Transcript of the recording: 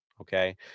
Okay